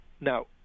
now